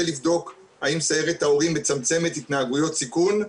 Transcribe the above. לבדוק האם סיירת ההורים מצמצמת התנהגויות סיכון,